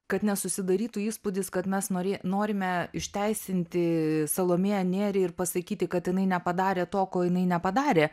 kad nesusidarytų įspūdis kad mes norė norime išteisinti salomėją nėrį ir pasakyti kad jinai nepadarė to ko jinai nepadarė